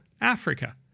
Africa